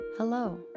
Hello